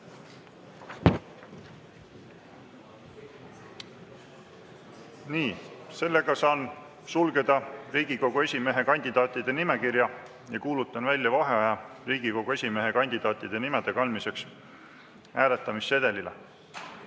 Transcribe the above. Nii, saan sulgeda Riigikogu esimehe kandidaatide nimekirja ja kuulutan välja vaheaja Riigikogu esimehe kandidaatide nimede kandmiseks hääletamissedelile.